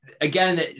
again